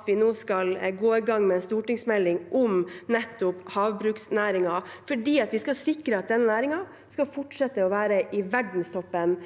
at vi nå skal gå i gang med en stortingsmelding om nettopp havbruksnæringen, fordi vi skal sikre at denne næringen skal fortsette å være i verdenstoppen